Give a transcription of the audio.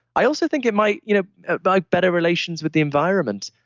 i also think it might you know buy better relations with the environment.